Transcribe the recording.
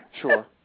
Sure